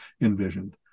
envisioned